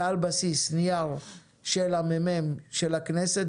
ועל בסיס נייר של הממ"מ של הכנסת,